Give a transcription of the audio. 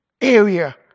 area